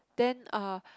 then uh